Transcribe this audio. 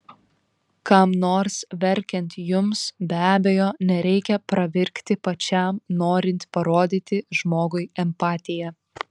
kam nors verkiant jums be abejo nereikia pravirkti pačiam norint parodyti žmogui empatiją